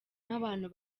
n’abantu